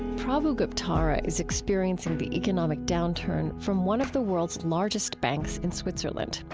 prabhu guptara is experiencing the economic downturn from one of the world's largest banks in switzerland.